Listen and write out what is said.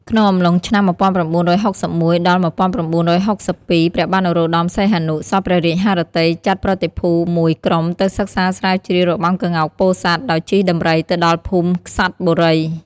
ក្នុងអំឡុងឆ្នាំ ១៩៦១ ដល់ ១៩៦២ ព្រះបាទនរោត្ដម សីហនុ សព្វព្រះរាជហឫទ័យចាត់ប្រតិភូមួយក្រុមទៅសិក្សាស្រាវជ្រាវរបាំក្ងោកពោធិ៍សាត់ ដោយជិះដំរីទៅដល់ភូមិក្សេត្របុរី ។